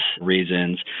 reasons